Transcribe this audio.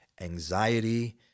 anxiety